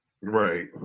Right